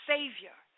Savior